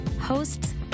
Hosts